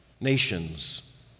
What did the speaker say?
nations